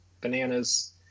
bananas